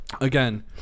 again